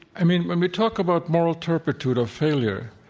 i mean, when we talk about moral turpitude or failure,